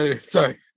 Sorry